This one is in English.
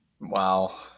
Wow